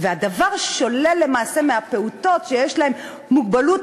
והדבר שולל למעשה מהפעוטות שיש להם מוגבלות